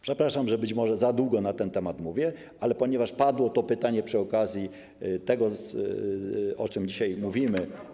Przepraszam, że być może za długo na ten temat mówię, ale ponieważ padło to pytania przy okazji tego, o czym dzisiaj mówimy.